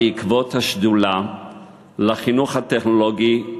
בעקבות השדולה לחינוך הטכנולוגי,